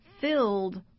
filled